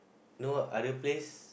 no other place